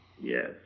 Yes